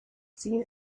seen